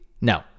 No